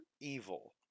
evil